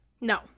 no